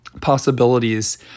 possibilities